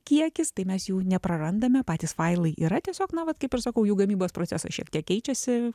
kiekis tai mes jų neprarandame patys failai yra tiesiog na vat kaip ir sakau jų gamybos procesas šiek tiek keičiasi